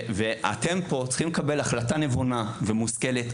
ואתם פה צריכים לקבל החלטה נבונה ומושכלת.